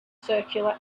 circular